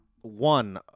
one